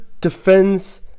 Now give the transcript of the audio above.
defends